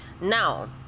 now